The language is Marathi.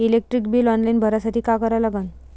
इलेक्ट्रिक बिल ऑनलाईन भरासाठी का करा लागन?